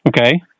Okay